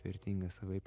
vertingas savaip